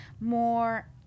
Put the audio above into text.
more